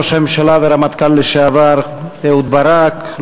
ראש הממשלה והרמטכ"ל לשעבר אהוד ברק,